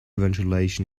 ventilation